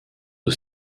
aux